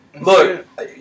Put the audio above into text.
Look